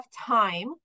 time